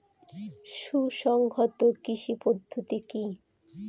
সুসংহত কৃষি পদ্ধতি কি?